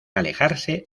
alejarse